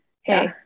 hey